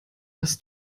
das